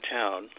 town